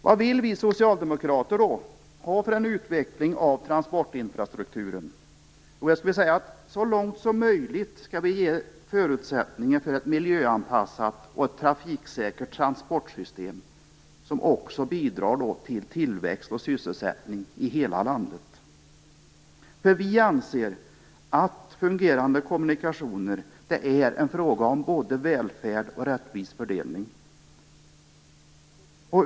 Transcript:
Vad vill då vi socialdemokrater ha för utveckling av infrastrukturen för transporter? Så långt som möjligt skall vi ge förutsättningar för ett miljöanpassat och trafiksäkert transportsystem, som också bidrar till tillväxt och sysselsättning i hela landet. Vi anser att fungerande kommunikationer är en fråga om både välfärd och rättvis fördelning.